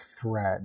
thread